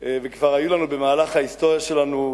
כבר היו לנו במהלך ההיסטוריה שלנו,